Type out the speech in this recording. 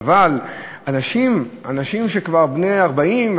אבל אנשים שהם כבר בני 40,